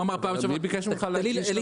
אבל מי ביקש ממך ---?